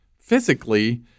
physically